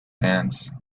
ants